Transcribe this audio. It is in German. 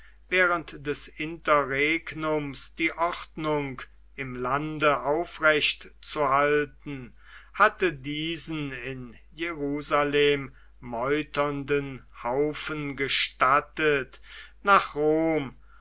während des interregnums die ordnung im lande aufrecht zu halten hatte diesen in jerusalem meuternden haufen gestattet nach rom